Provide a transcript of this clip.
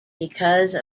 because